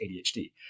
ADHD